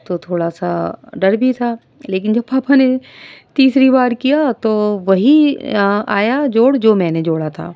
تو تھوڑا سا ڈر بھی تھا لیکن جب پاپا نے تیسری بار کیا تو وہی آیا جوڑ جو میں نے جوڑا تھا